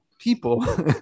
people